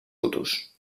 hutus